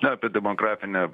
na apie demografinę